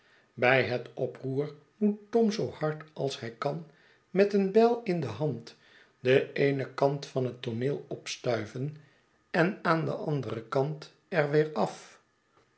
bij net oproer moet tom zoo hard als hij kan met een bijl in de hand den eenen kant van het tooneel opstuiven en aan den anderen kant er weer af